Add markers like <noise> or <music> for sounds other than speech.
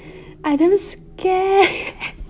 I very scared <laughs>